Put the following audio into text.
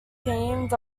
teamed